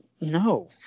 No